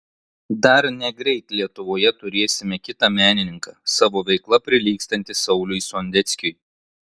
dar negreit lietuvoje turėsime kitą menininką savo veikla prilygstantį sauliui sondeckiui